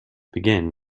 begin